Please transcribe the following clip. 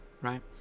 right